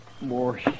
More